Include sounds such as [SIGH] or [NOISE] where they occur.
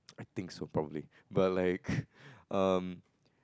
I think so probably but like [NOISE] um